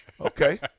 Okay